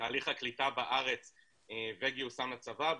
תהליך הקליטה בארץ וגיוסם לצבא,